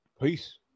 Peace